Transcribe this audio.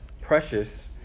precious